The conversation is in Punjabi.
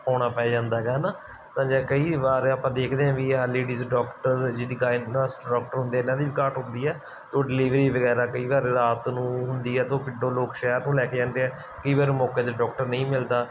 ਹੋਣਾ ਪੈ ਜਾਂਦਾ ਹੈਗਾ ਹੈ ਨਾ ਤਾਂ ਜੇ ਕਈ ਵਾਰ ਆਪਾਂ ਦੇਖਦੇ ਆ ਵੀ ਇਹ ਲੇਡੀਜ ਡਾਕਟਰ ਜਿਹਦੀ ਗਾਇਨੋਸਟਰ ਡਾਕਟਰ ਹੁੰਦੇ ਹੈ ਉਹਨਾਂ ਦੀ ਵੀ ਘਾਟ ਹੁੰਦੀ ਹੈ ਤੋ ਡਿਲੀਵਰੀ ਵਗੈਰਾ ਕਈ ਵਾਰ ਰਾਤ ਨੂੰ ਹੁੰਦੀ ਹੈ ਤਾਂ ਉਹ ਪਿੰਡੋਂ ਲੋਕ ਸ਼ਹਿਰ ਤੋਂ ਲੈ ਕੇ ਜਾਂਦੇ ਆ ਕਈ ਵਾਰ ਮੌਕੇ 'ਤੇ ਡਾਕਟਰ ਨਹੀਂ ਮਿਲਦਾ